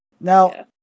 Now